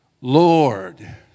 Lord